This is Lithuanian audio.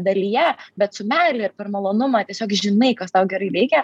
dalyje bet su meile ir per malonumą tiesiog žinai kas tau gerai veikia